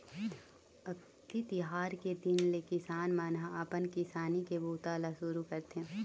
अक्ती तिहार के दिन ले किसान मन ह अपन किसानी के बूता ल सुरू करथे